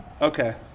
Okay